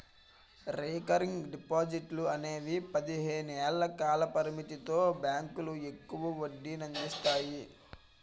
recurring డిపాజిట్లు అనేవి పదిహేను ఏళ్ల కాల పరిమితితో బ్యాంకులు ఎక్కువ వడ్డీనందిస్తాయి